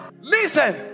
listen